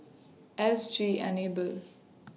S G Enable